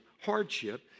hardship